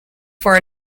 for